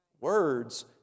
Words